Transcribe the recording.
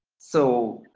so,